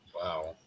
wow